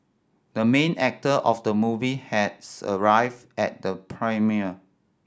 the main actor of the movie has arrived at the premiere